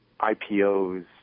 IPOs